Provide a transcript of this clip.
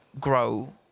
grow